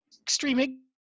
extreme